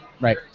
Right